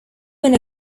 when